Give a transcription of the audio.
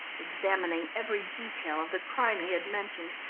examining every detail of the crime he had mentioned,